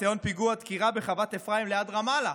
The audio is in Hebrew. ניסיון פיגוע דקירה בחוות אפרים ליד רמאללה,